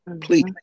Please